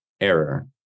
error